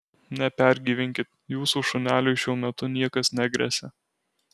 nepergyvenkit jūsų šuneliui šiuo metu niekas negresia